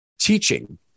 teaching